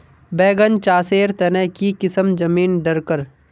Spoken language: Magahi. बैगन चासेर तने की किसम जमीन डरकर?